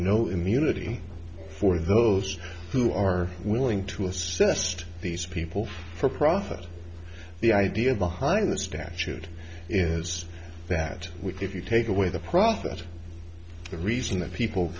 no immunity for those who are willing to assist these people for profit the idea behind the statute is that we if you take away the profit the reason that people